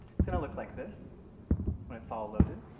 it's going to look like this when it's all loaded.